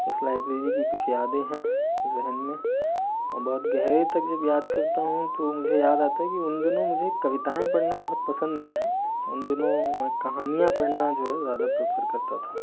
उस लाइब्रेरी की कुछ यादें हैं ज़ेहन में और बहुत गहरे तक जब याद करता हूँ तो मुझे याद आता है कि उन दिनों मुझे कविताएँ पढ़ना बहुत पसंद नहीं था उन दिनों मैं कहानियाँ पढ़ना जो है ज़्यादा प्रीफर करता था